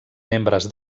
membres